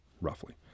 roughly